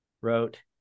wrote